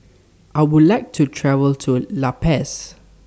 I Would like to travel to La Paz